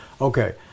Okay